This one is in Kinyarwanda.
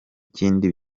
ikindi